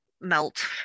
melt